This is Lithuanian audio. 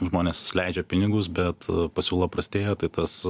žmonės leidžia pinigus bet pasiūla prastėja tai tas